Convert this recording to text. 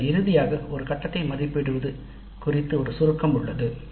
பின்னர் இறுதியாக ஒரு கட்டத்தை மதிப்பிடுவது குறித்த ஒரு சுருக்கம் உள்ளது